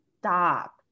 stop